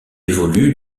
évoluent